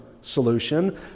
solution